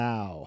Now